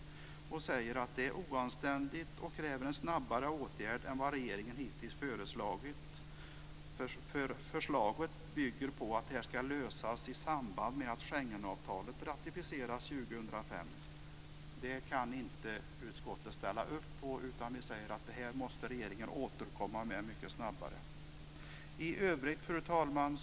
Utskottet uttalar att detta är oanständigt, och man kräver en snabbare åtgärd än vad regeringen hittills har föreslagit. Enligt förslaget ska detta lösas i samband med att Schengenavtalet ratificeras 2005. Det kan utskottet inte ställa sig bakom, utan vi säger att regeringen måste återkomma mycket snabbare. Fru talman!